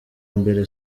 mbere